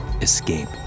Escape